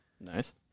nice